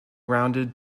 rounded